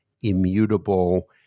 immutable